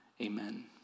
Amen